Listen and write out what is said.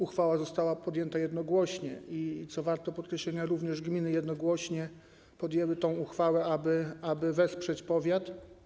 Uchwała została podjęta jednogłośnie i, co jest warte podkreślenia, również gminy jednogłośnie podjęły tę uchwałę, aby wesprzeć powiat.